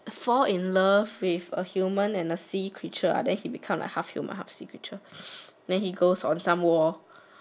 fall in love with a human and a sea creature then he become like half human half sea creature then he goes on some war